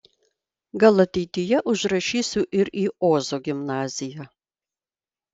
gal ateityje užrašysiu ir į ozo gimnaziją